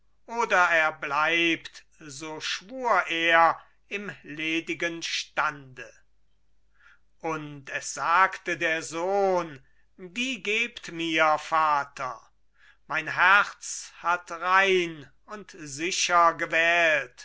oder er bleibt so schwur er im ledigen stande und es sagte der sohn die gebt mir vater mein herz hat rein und sicher gewählt